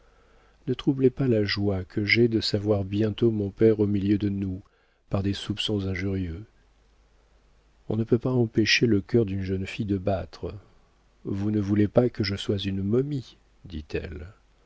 ne troublez pas la joie que j'ai de savoir bientôt mon père au milieu de nous par des soupçons injurieux on ne peut pas empêcher le cœur d'une jeune fille de battre vous ne voulez pas que je sois une momie dit-elle